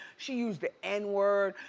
she used the n word,